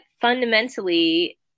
fundamentally